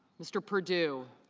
mr. purdue